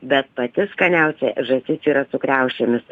bet pati skaniausia žąsis yra su kriaušėmis